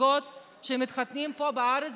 שמתחתנים פה בארץ